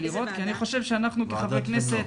כי אני חושב שאנחנו כחברי כנסת